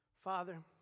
Father